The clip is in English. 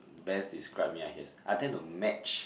best describe me I guess I tend to match